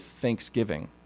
thanksgiving